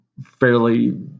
fairly